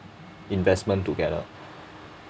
investment together